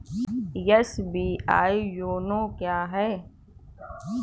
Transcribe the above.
SBI YONO क्या है?